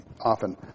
often